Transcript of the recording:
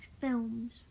films